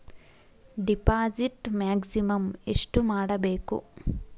Deposit maximum ಎಷ್ಟು ಮಾಡಬೇಕು?